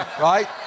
Right